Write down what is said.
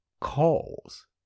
Calls